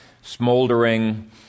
smoldering